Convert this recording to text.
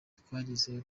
twagezeho